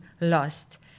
lost